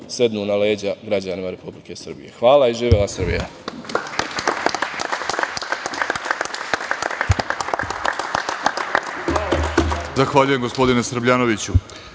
sednu na leđa građanima Republike Srbije. Hvala i živela Srbija.